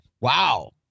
Wow